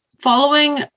following